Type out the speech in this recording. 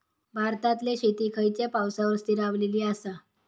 भारतातले शेती खयच्या पावसावर स्थिरावलेली आसा?